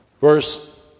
verse